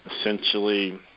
Essentially